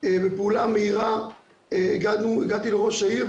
בפעולה מהירה הגעתי לראש העיר,